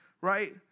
right